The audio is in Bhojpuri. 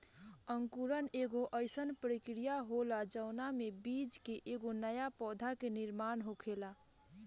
अंकुरण एगो आइसन प्रक्रिया होला जवना में बीज से एगो नया पौधा के निर्माण होखेला